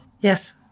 Yes